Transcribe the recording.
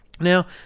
Now